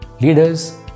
Leaders